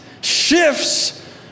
shifts